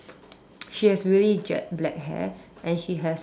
she has really jet black hair and she has